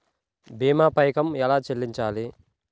భీమా పైకం ఎలా చెల్లించాలి?